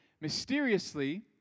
mysteriously